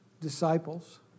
disciples